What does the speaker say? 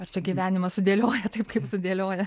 ar čia gyvenimas sudėlioja taip kaip sudėlioja